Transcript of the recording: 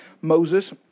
Moses